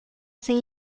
sem